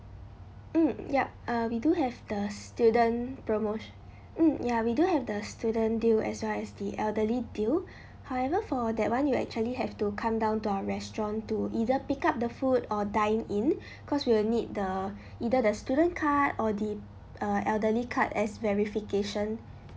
mm yup uh we do have the student promo mm ya we do have the student deal as well as the elderly deal however for that [one] you actually have to come down to our restaurant to either pick up the food or dine in cause we'll need the either the student card or the uh elderly card as verification